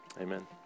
Amen